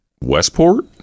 Westport